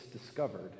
discovered